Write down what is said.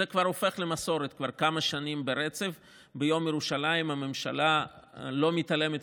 זה כבר הופך למסורת כבר כמה שנים ברצף: ביום ירושלים הממשלה לא מתעלמת